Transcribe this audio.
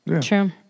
True